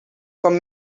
com